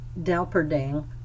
Delperding